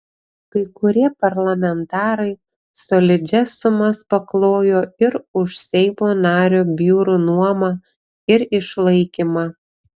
kai kurie parlamentarai solidžias sumas paklojo ir už seimo nario biurų nuomą ir išlaikymą